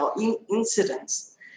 incidents